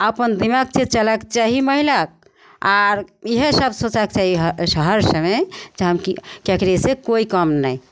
अपन दिमागसँ चलऽके चाही महिलाके आर इएह सब सोचऽके चाही हर समय जे हम ककरोसँ कोइ काम नहि